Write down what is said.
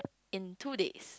in two days